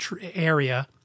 area